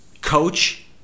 coach